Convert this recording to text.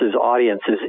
audiences